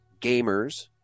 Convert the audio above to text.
gamers